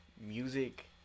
music